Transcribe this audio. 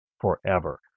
forever